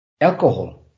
alcohol